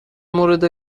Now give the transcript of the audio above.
مورد